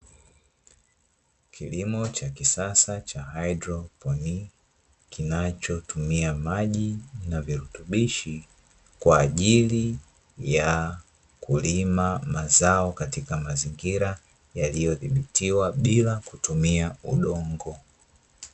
Kilimo cha kisasa cha haidroponi, kinachotumia maji na virutubishi, kwa ajili ya kulima mazao katika mazingira yaliyodhibitiwa bila kutumia udongo.